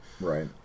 Right